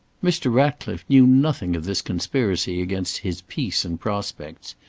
mr. ratcliffe knew nothing of this conspiracy against his peace and prospects.